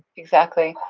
exactly.